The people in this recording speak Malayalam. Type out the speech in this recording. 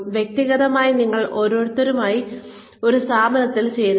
വ്യക്തിഗതമായി നിങ്ങൾ ഓരോരുത്തരായി ഒരു സ്ഥാപനത്തിൽ ചേരുന്നു